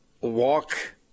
walk